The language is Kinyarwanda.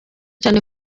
cyane